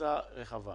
פריסה רחבה.